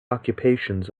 occupations